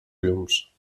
llums